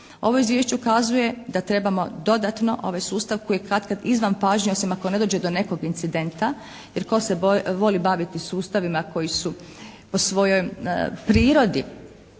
Ovo izvješće ukazuje da trebamo dodatno ovaj sustav koji je katkad izvan pažnje osim ako ne dođe do nekog incidenta jer tko se voli baviti sustavima koji su po svojoj prirodi